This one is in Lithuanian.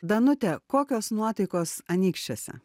danute kokios nuotaikos anykščiuose